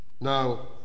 Now